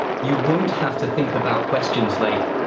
you won't have to think about questions like,